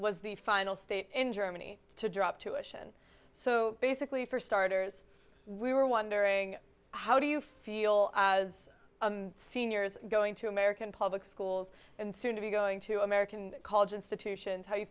was the final state in germany to drop tuitions so basically for starters we were wondering how do you feel as a seniors going to american public schools and soon to be going to american college institutions how you